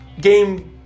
game